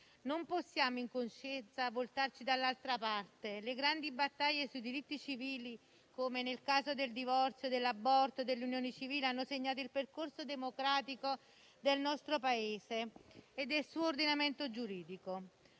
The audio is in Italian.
Non possiamo, in coscienza, voltarci dall'altra parte. Le grandi battaglie sui diritti civili, come nel caso del divorzio, dell'aborto e delle unioni civili hanno segnato il percorso democratico del nostro Paese e del suo ordinamento giuridico.